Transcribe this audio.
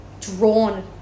drawn